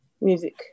Music